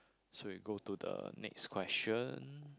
so we go to the next question